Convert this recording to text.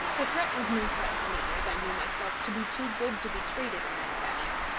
the threat was no threat to me, as i knew myself to be too good to be treated in that fashion.